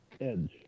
Edge